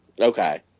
Okay